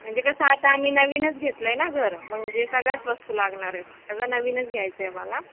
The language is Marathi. म्हणजे कसं आता आम्ही नवीनच घेतलं आहे ना घर म्हणजे सगळ्याच वस्तू लागणार आहेत सगळं नवीनच घ्यायचं आहे मला